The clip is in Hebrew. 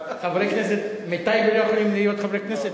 חברי כנסת מטייבה לא יכולים להיות חברי כנסת,